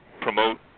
promote